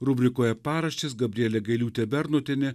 rubrikoje paraštės gabrielė gailiūtė bernotienė